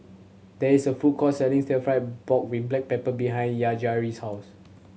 there is a food court selling Stir Fry pork with black pepper behind Yajaira's house